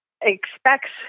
expects